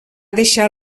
deixar